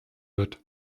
wird